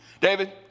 David